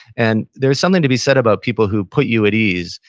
and there's something to be said about people who put you at ease,